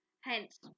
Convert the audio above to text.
hence